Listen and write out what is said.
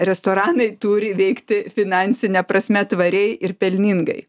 restoranai turi veikti finansine prasme tvariai ir pelningai